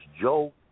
Joe